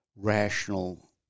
rational